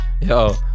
Yo